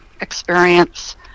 experience